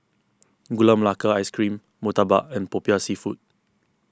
Gula Melaka Ice Cream Murtabak and Popiah Seafood